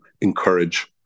encourage